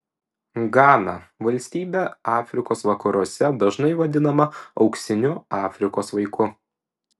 gana valstybė afrikos vakaruose dažnai vadinama auksiniu afrikos vaiku